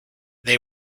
they